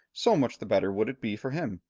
so much the better would it be for him.